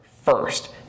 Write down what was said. first